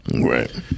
Right